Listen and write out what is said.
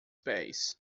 pés